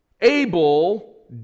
Abel